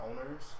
owners